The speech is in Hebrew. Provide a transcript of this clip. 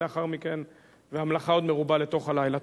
לאחר מכן והמלאכה עוד מרובה לתוך הלילה.